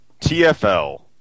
TFL